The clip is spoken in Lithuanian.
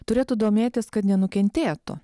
turėtų domėtis kad nenukentėtų